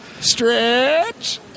stretch